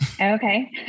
Okay